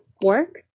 work